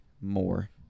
More